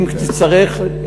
אם נצטרך,